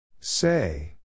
Say